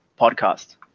podcast